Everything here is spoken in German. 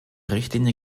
richtlinie